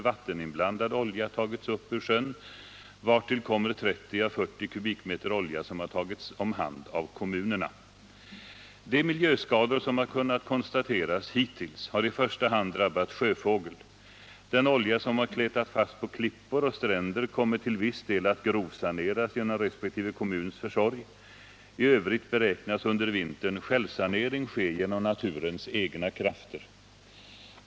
vatteninblandad olja tagits upp ur sjön, vartill kommer 30 å 40 m? olja som har tagits om hand av kommunerna. De miljöskador som har kunnat konstateras hittills har i första hand drabbat sjöfågel. Den olja som har kletat fast på klippor och stränder kommer till viss del att grovsaneras genom resp. kommuns försorg. I övrigt beräknas under vintern självsanering ske genom naturens egna krafter.